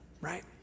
right